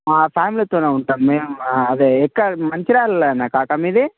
ఫ్యామిలీతోనే ఉంటాం మేం అదే ఎక్కడ మంచిర్యాలలోనే కాకా మీది